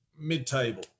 mid-table